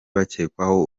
bakekwaho